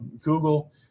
Google